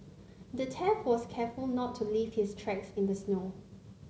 the thief was careful to not leave his tracks in the snow